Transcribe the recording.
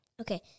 Okay